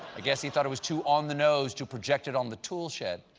i guess he thought it was too on the nose to project it on the tool shed.